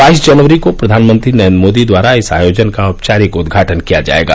बाईस जनवरी को प्रधानमंत्री नरेन्द्र मोदी द्वारा इस आयोजन का औपचारिक उद्घाटन किया जायेगा